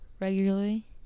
regularly